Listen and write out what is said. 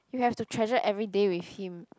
you have to treasure everyday with him